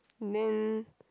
then